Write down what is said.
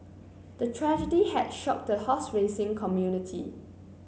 the tragedy had shocked the horse racing community